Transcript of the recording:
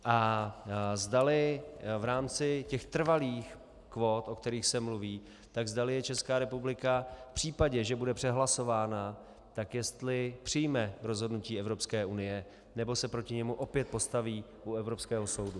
A zdali v rámci těch trvalých kvót, o kterých se mluví, Česká republika v případě, že bude přehlasována, tak jestli přijme rozhodnutí Evropské unie, nebo se proti němu opět postaví u Evropského soudu.